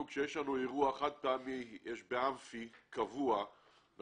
כאשר יש לנו אירוע חד-פעמי באמפיתיאטרון אנחנו